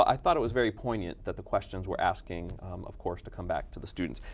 i thought it was very poignant that the questions were asking of course to come back to the students.